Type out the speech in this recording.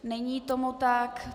Není tomu tak.